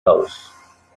house